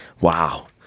Wow